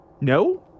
No